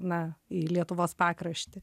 na į lietuvos pakraštį